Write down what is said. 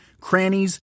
crannies